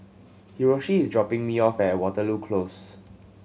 Hiroshi is dropping me off at Waterloo Close